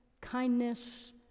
kindness